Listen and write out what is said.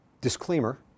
disclaimer